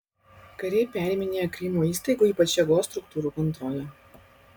kariai periminėja krymo įstaigų ypač jėgos struktūrų kontrolę